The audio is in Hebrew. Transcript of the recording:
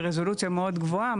ברזולוציה מאוד גבוהה,